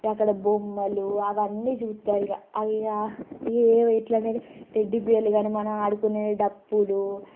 ఇగ అక్కడ బొమ్మలూ అవన్నీ చూస్తారు ఇక అయి ఏవి ఎట్లా అనేది టెడ్డీబేర్లు కానీ మన ఆడుకునే డప్పులూ